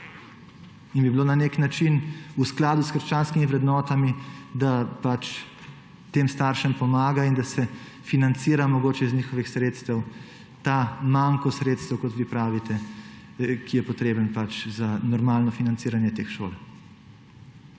in bi bilo na nek način v skladu s krščanskimi vrednotami, da tem staršem pomaga in da se financira mogoče iz njihovih sredstev ta manko sredstev, kot vi pravite, ki je potreben za normalno financiranje teh šol.